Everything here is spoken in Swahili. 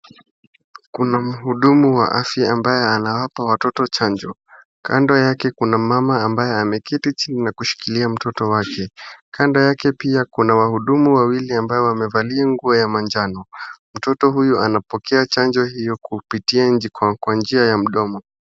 Kuna mhudumu wa afya ambaye anawapa watoto chanjo. Kando yake kuna mama ambaye ameketi chini na kushikilia mtoto wake. Kando yake pia kuna wahudumu wawili ambao wamevalia nguo ya majano. Mtoto huyu anapokea chanjo hiyo kupitia kwa njia ya mdomo.